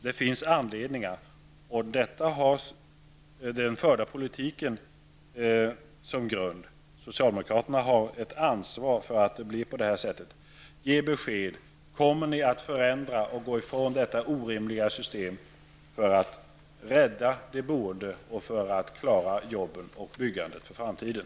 Det finns anledningar, och detta har den förda politiken som grund. Socialdemokraterna har ett ansvar för att det har blivit på det här sättet. Ge besked: Kommer ni att förändra och gå ifrån detta orimliga system för att rädda de boende och för att klara jobben och byggandet för framtiden?